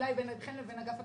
אולי ביניכם לבין אגף התקציבים.